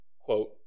quote